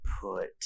put